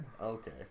Okay